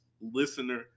listener